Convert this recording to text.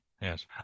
yes